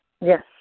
yes